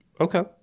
Okay